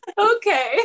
Okay